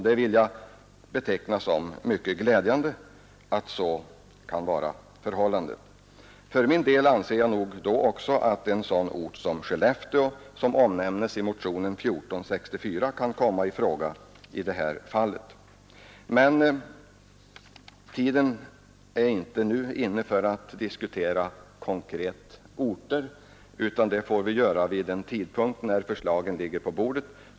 Jag vill beteckna det som mycket glädjande att så kan vara förhållandet. För min del anser jag att också en sådan ort som Skellefteå, som omnämns i motionen 1464, kan komma i fråga i det här fallet. Men tiden är inte nu inne för att diskutera orter, utan det får vi göra vid en tidpunkt när förslagen ligger på bordet.